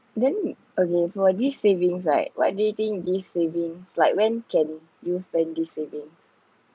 then again for these savings right what do you think these saving like when can you spend this saving